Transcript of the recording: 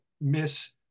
miss